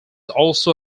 also